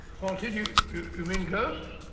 haunted? you you mean ghosts?